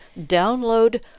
download